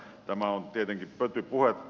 tämä on tietenkin pötypuhetta